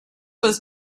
was